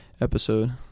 episode